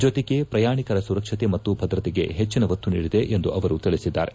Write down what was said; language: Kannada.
ಜೊತೆಗೆ ಪ್ರಯಾಣಿಕರ ಸುರಕ್ಷತೆ ಮತ್ತು ಭದ್ರತೆಗೆ ಹೆಚ್ಚಿನ ಒತ್ತು ನೀಡಿದೆ ಎಂದು ಅವರು ತಿಳಿಸಿದ್ದಾರೆ